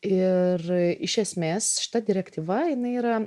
ir iš esmės šita direktyva jinai yra